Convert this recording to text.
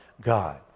God